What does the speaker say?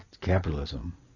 capitalism